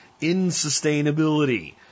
insustainability